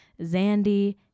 zandy